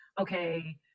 okay